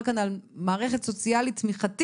כאן על מערכת סוציאלית עם הרבה תמיכה,